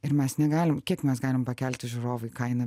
ir mes negalim kiek mes galime pakelti žiūrovui kainą